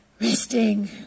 resting